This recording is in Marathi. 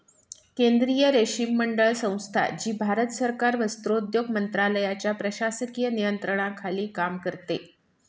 केंद्रीय रेशीम मंडळ संस्था, जी भारत सरकार वस्त्रोद्योग मंत्रालयाच्या प्रशासकीय नियंत्रणाखाली काम करते